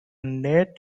net